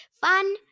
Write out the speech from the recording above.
Fun